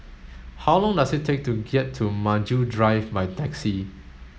how long does it take to get to Maju Drive by taxi